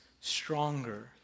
stronger